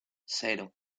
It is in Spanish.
cero